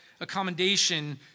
accommodation